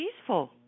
peaceful